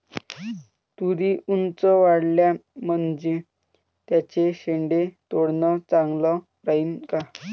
तुरी ऊंच वाढल्या म्हनजे त्याचे शेंडे तोडनं चांगलं राहीन का?